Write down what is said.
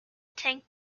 tank